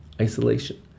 isolation